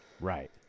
Right